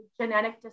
genetic